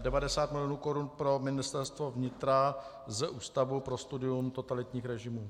90 mil. korun pro Ministerstvo vnitra z Ústavu pro studium totalitních režimů.